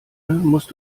musst